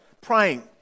praying